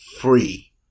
free